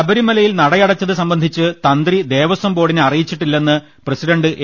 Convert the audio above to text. ശബരിമലയിൽ നടയടച്ചത് സംബന്ധിച്ച് തന്ത്രി ദേവസ്വംബോർഡിനെ അറിയിച്ചിട്ടില്ലെന്ന് പ്രസിഡന്റ് എ